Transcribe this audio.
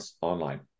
online